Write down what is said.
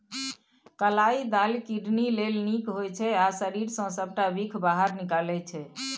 कलाइ दालि किडनी लेल नीक होइ छै आ शरीर सँ सबटा बिख बाहर निकालै छै